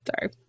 sorry